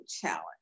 challenge